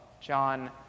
John